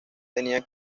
tenían